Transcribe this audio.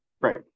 right